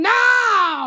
now